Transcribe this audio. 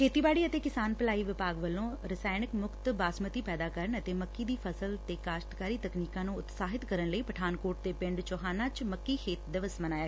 ਖੇਤੀਬਾੜੀ ਅਤੇ ਕਿਸਾਨ ਭਲਾਈ ਵਿਭਾਗ ਵੱਲੋਂ ਰਸਾਇਣ ਮੁਕਤ ਬਸਮਤੀ ਪੈਦਾ ਕਰਨ ਅਤੇ ਪੱਕੀ ਦੀ ਫਸਲ ਦੇ ਕਾਸਤਕਾਰੀ ਤਕਨੀਕਾਂ ਨੂੰ ਉਤਸ਼ਾਹਿਤ ਕਰਨ ਲਈ ਪਠਾਨਕੋਟ ਦੇ ਪਿੰਡ ਚੋਹਾਨਾ ਵਿਚ ਮੱਕੀ ਖੇਤ ਦਿਵਸ ਮਨਾਇਆ